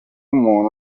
umuntu